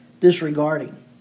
disregarding